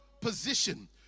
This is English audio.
position